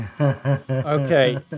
Okay